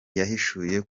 yahishuye